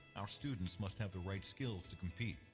our students must have the right skills to compete,